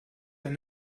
ein